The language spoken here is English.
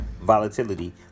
volatility